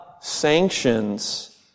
sanctions